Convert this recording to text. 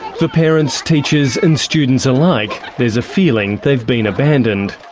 for parents, teachers and students alike there's a feeling they have been abandoned.